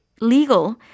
legal